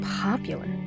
popular